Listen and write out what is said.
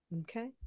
okay